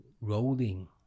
rolling